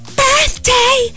birthday